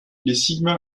les